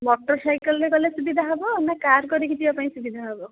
motor ସାଇକେଲ୍ରେ ଗଲେ ସୁବିଧା ହେବ ନା କାର୍ କରିକି ଯିବା ପାଇଁ ସୁବିଧା ହେବ